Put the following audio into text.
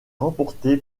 remporté